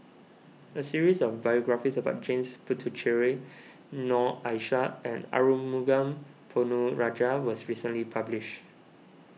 a series of biographies about James Puthucheary Noor Aishah and Arumugam Ponnu Rajah was recently published